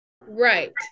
right